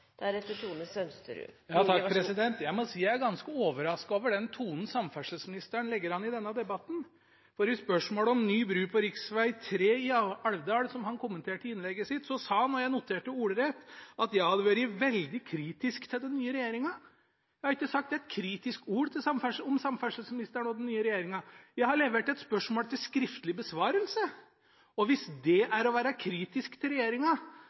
Jeg må si jeg er ganske overrasket over den tonen samferdselsministeren legger an i denne debatten, for i spørsmål om ny bru på rv. 3 i Alvdal, som han kommenterte i innlegget sitt, sa han – og jeg noterte ordrett – at jeg hadde vært «veldig kritisk til den nye regjeringen». Jeg har ikke sagt et kritisk ord om samferdselsministeren og den nye regjeringen. Jeg har levert et spørsmål til skriftlig besvarelse. Hvis det er å være kritisk til